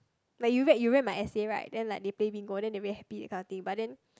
like you read you read my essay right then like they pay me more then like they very happy that kind of thing but then